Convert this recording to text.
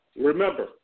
Remember